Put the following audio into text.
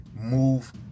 Move